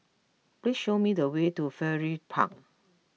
please show me the way to Firefly Park